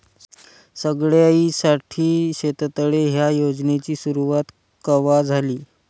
सगळ्याइसाठी शेततळे ह्या योजनेची सुरुवात कवा झाली?